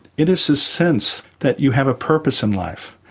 it is a sense that you have a purpose in life,